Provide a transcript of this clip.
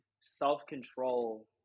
self-control